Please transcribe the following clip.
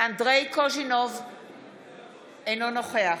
אינו נוכח